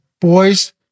boys